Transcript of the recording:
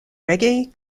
reggae